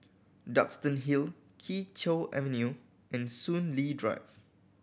Duxton Hill Kee Choe Avenue and Soon Lee Drive